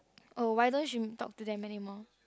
oh why don't she mm talk to them anymore